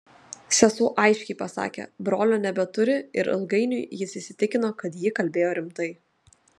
sesuo aiškiai pasakė brolio nebeturi ir ilgainiui jis įsitikino kad ji kalbėjo rimtai